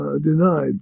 denied